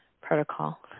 protocol